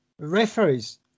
referees